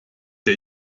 der